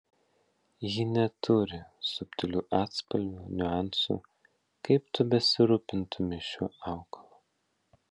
ji neturi subtilių atspalvių niuansų kaip tu besirūpintumei šiuo augalu